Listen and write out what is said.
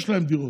יש להם דירות,